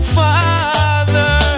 father